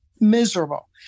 miserable